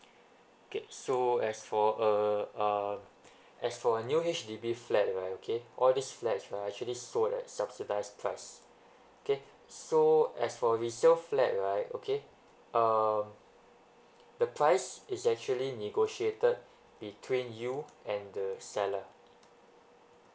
okay so as for a uh as for a new H_D_B flat right okay all these flats are actually sold at subsidized price okay so as for resale flat right okay um the price is actually negotiated between you and the seller